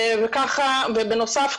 בנוסף,